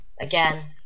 Again